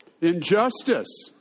Injustice